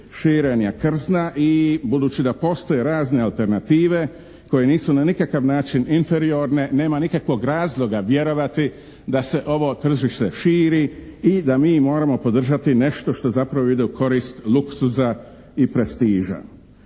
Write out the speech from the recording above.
širenja krzna i budući da postoje razne alternative koje nisu na nikakav način inferiorne nema nikakvog razloga vjerovati da se ovo tržište širi i da mi moramo podržati nešto što zapravo ide u korist luksuza i prestiža.